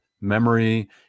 memory